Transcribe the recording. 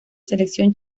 selección